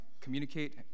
communicate